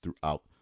throughout